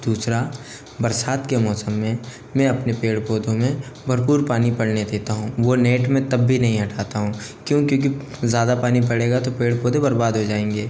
दूसरा बरसात के मौसम में मैं अपने पेड़ पौधों में भरपूर पानी पड़ने देता हूँ वो नेट में तब भी नहीं हटाता हूँ क्यों क्योंकि ज़्यादा पानी पड़ेगा तो पेड़ पौधे बरबाद हो जाएंगे